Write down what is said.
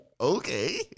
Okay